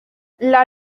las